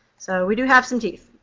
so we do have some teeth.